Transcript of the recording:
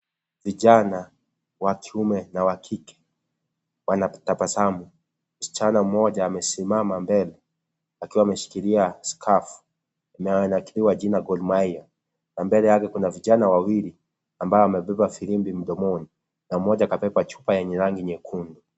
Vijana wa kiume na wa kike wanatabasamu. Msichana mmoja amesimama mbele, akiwa ameshikilia skafu imenakiriwa jina GOR MAHIA. Na mbele yake kuna vijana wawili ambao wamebeba filimbi mdomoni, na mmoja kabeba chupa yenye rangi nyekundu.